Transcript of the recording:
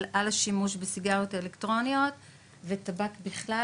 על השימוש בסיגריות אלקטרוניות וטבק בכלל,